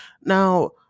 Now